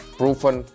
proven